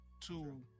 two